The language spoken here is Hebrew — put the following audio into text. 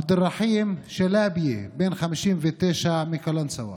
עבד אלרחים שלבאיה, בן 50, מקלנסווה.